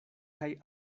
kaj